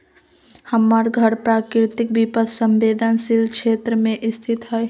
हमर घर प्राकृतिक विपत संवेदनशील क्षेत्र में स्थित हइ